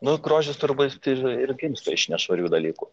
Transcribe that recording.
nu grožis turbūt ir ir gimsta iš nešvarių dalykų